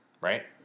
Right